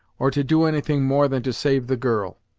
or to do anything more than to save the girl.